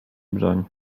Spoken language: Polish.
broń